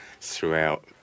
Throughout